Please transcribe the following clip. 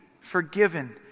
forgiven